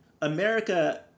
America